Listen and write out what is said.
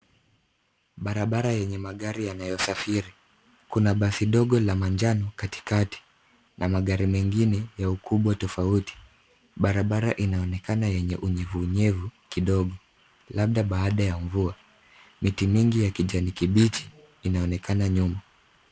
Barabara yenye magari yanayosafiri. Kuna basi ndogo la manjano katikati na magari mengine ya ukubwa tofauti. Barabara inaonekana yenye unyevunyevu kidogo labda baada ya mvua. Miti mingi ya kijani kibichi inaonekana nyuma.